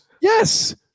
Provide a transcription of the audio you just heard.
Yes